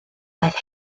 daeth